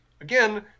Again